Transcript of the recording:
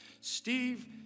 steve